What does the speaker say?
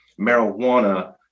Marijuana